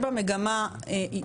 מגמה